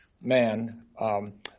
man